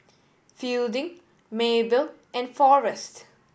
Fielding Maebelle and Forrest